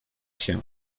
się